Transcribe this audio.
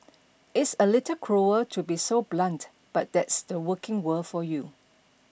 it's a little cruel to be so blunt but that's the working world for you